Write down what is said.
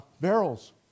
barrels